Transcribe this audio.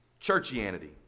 churchianity